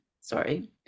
Sorry